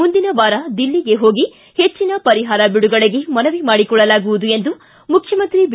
ಮುಂದಿನ ವಾರ ದಿಲ್ಲಿಗೆ ಹೋಗಿ ಹೆಚ್ಚನ ಪರಿಹಾರ ಬಿಡುಗಡೆಗೆ ಮನವಿ ಮಾಡಿಕೊಳ್ಳಲಾಗುವುದು ಎಂದು ಮುಖ್ಯಮಂತ್ರಿ ಬಿ